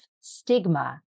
stigma